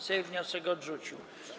Sejm wniosek odrzucił.